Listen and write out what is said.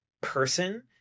person